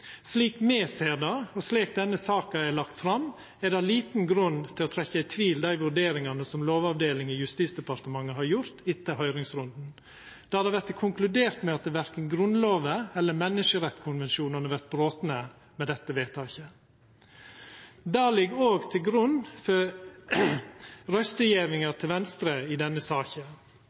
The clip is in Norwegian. Slik me ser det, og slik denne saka er lagd fram, er det liten grunn til å trekkja i tvil dei vurderingane som Lovavdelinga i Justisdepartementet har gjort etter høyringsrunden, der det vert konkludert med at verken Grunnloven eller menneskerettskonvensjonane vert brotne med dette vedtaket. Det ligg òg til grunn for røystegjevinga til Venstre i denne saka.